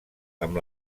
amb